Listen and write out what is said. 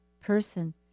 person